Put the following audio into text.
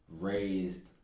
raised